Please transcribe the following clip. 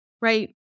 right